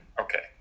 okay